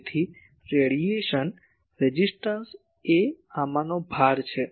તેથી radiation resistance એ આમાંનો ભાર છે